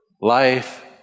life